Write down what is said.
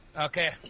Okay